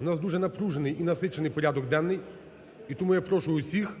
У нас дуже напружений і насичений порядок денний. І тому я прошу усіх